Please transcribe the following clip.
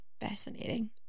Fascinating